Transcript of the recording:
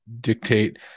dictate